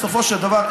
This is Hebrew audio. בסופו של דבר,